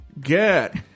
get